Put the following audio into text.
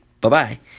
Bye-bye